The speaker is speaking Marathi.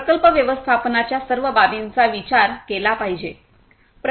प्रकल्प व्यवस्थापनाच्या सर्व बाबींचा विचार केला पाहिजे